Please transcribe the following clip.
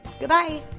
goodbye